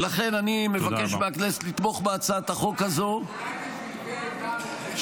ולכן אני מבקש מהכנסת לתמוך בהצעת החוק הזאת -- אולי -- שנייה,